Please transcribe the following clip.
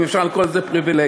אם אפשר לקרוא לזה פריבילגיה.